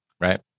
Right